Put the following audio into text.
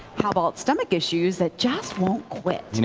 how about stomach issues that just won't quit?